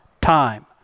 time